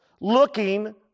looking